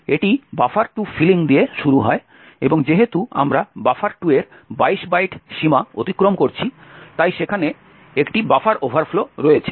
এটি buffer2 filling দিয়ে শুরু হয় এবং যেহেতু আমরা buffer2 এর 22 বাইট সীমা অতিক্রম করছি তাই সেখানে একটি বাফার ওভারফ্লো রয়েছে